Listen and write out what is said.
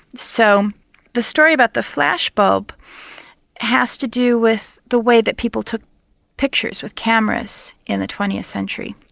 so the story about the flashbulb has to do with the way that people took pictures with cameras in the twentieth century.